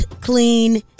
clean